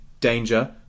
Danger